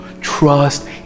Trust